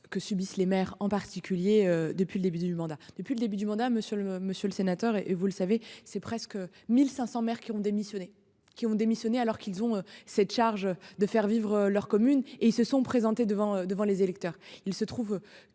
que subissent les maires en particulier depuis le début du mandat. Depuis le début du mandat, monsieur, le monsieur le sénateur, et vous le savez, c'est presque. 1500 maires qui ont démissionné, qui ont démissionné alors qu'ils ont cette charge de faire vivre leur commune et ils se sont présentés devant devant les électeurs. Il se trouve que